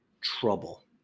trouble